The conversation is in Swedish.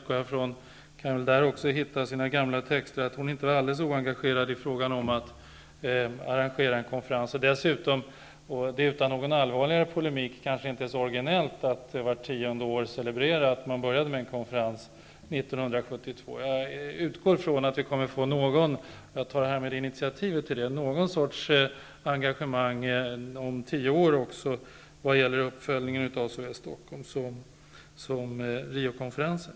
Gro Harlem Brundtland kan väl i sin rapport finna att hon inte var alldeles oengagerad i frågan om att arrangera en konferens. Utan att föra någon allvarligare polemik vill jag säga att det kanske inte är så alldeles originellt att man vart tionde år celebrerar att man började med en konferens 1972. Jag utgår från att vi kommer att få någon sorts arrangemang om tio år som uppföljning av såväl Stockholmssom Rio-konferensen.